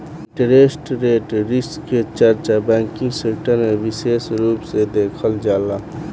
interest rate risk के चर्चा banking sector में बिसेस रूप से देखल जाला